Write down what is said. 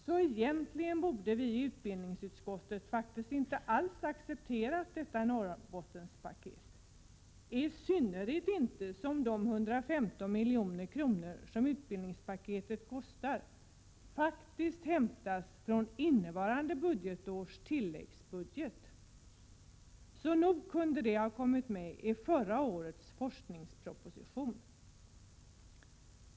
Så egentligen borde vi i utbildningsutskottet inte alls ha 2juni 1988 accepterat detta Norrbottenspaket, i synnerhet inte som de 115 milj.kr. som utbildningspaketet kostar faktiskt hämtas från innevarande budgetårs tillläggsbudget. Nog kunde det ha kommit med i förra årets forskningsproposition.